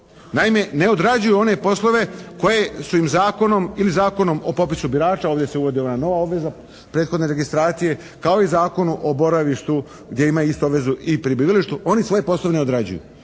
Naime, ne odrađuju one poslove koje su im zakonom ili Zakonom o popisu birača, ovdje se uvodi ona nova obveza, prethodne registracije kao i Zakonu o boravištu gdje imaju isto obvezu i prebivalištu, oni svoje poslove ne odrađuju.